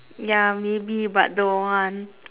ya maybe but don't want